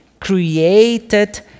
created